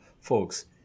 folks